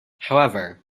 however